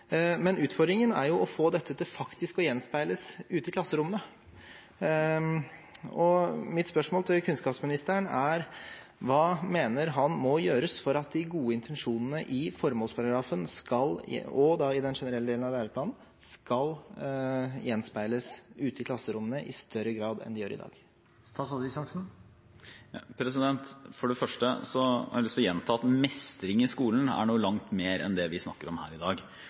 men utfordringen er å få dette til å gjenspeiles ute i klasserommene. Mitt spørsmål til kunnskapsministeren er: Hva mener han må gjøres for at de gode intensjonene i formålsparagrafen og i den generelle delen av læreplanen skal gjenspeiles ute i klasserommene i større grad enn de gjør i dag? For det første har jeg lyst til å gjenta at mestring i skolen er noe langt mer enn det vi snakker om her i dag.